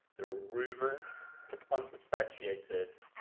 there are rumors unsubstantiated,